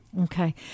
Okay